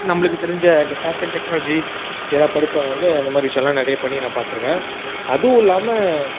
நம்பளுக்கு தெரிஞ்ச இந்த ஃபேஷன் டெக்னாலஜி இதெல்லாம் படிச்சவங்க வந்து இந்தமாதிரி விஷயம்லாம் நிறைய பண்ணி நான் பார்த்துருக்கேன் அதுவும் இல்லாமல்